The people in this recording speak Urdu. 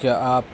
کیا آپ